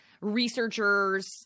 researchers